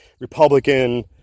Republican